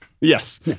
Yes